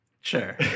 Sure